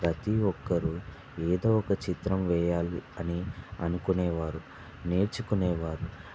ప్రతిఒక్కరు ఏదో ఒక చిత్రం వేయాలి అని అనుకునేవారు నేర్చుకునేవారు